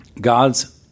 God's